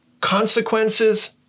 consequences